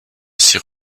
six